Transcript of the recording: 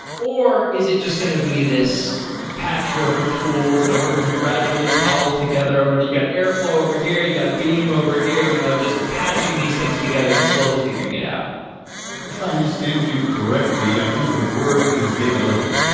or is it just going to be this patchwork of tools that we're going to gradually cobble together over do you got airflow over here, you got beam over here, you know just patching these things together and slowly figuring it out if i understand you correctly, i think the word is data lake.